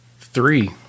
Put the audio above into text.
three